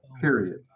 period